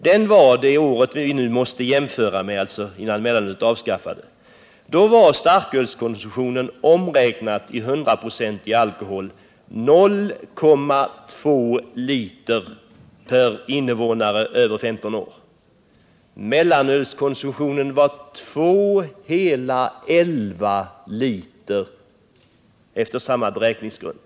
Det år som vi måste jämföra med — alltså året innan mellanölet avskaffades — var starkölskonsumtionen, omräknat i 100-procentig alkohol, 0,2 liter per invånare över 15 år. Mellanölskonsumtionen var 2,11 liter efter samma beräkningsgrund.